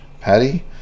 Paddy